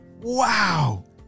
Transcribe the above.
Wow